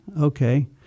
Okay